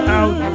out